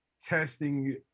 testing